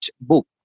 book